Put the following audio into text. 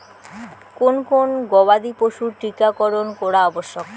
কোন কোন গবাদি পশুর টীকা করন করা আবশ্যক?